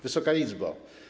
Wysoka Izbo!